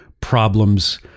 problems